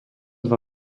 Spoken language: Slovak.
dva